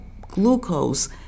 glucose